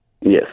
Yes